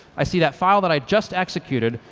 i see that file that i just executed,